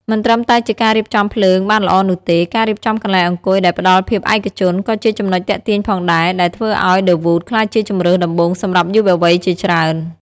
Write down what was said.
មិនត្រឹមតែជាការរៀបចំភ្លើងបានល្អនោះទេ ការរៀបចំកន្លែងអង្គុយដែលផ្តល់ភាពឯកជន ក៏ជាចំណុចទាក់ទាញផងដែរ ដែលធ្វើឱ្យ ឌឹ វូត ក្លាយជាជម្រើសដំបូងសម្រាប់យុវវ័យជាច្រើន។